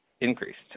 increased